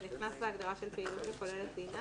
זה נכנס להגדרה של פעילות הכוללת לינה,